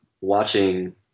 watching